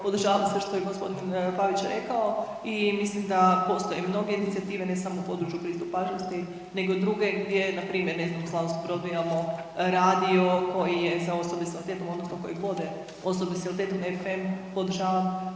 podržavam sve što je g. Pavić rekao i mislim da postoje mnoge inicijative ne samo u području pristupačnosti, nego i druge gdje npr. ne znam u Slavonskom Brodu imamo radio koji je za osobe s invaliditetom odnosno kojeg vode osobe s invaliditetom FM, podržavam